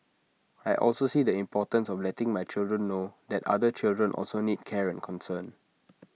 I also see the importance of letting my children know that other children also need care and concern